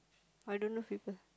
I don't love people